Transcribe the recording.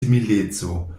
simileco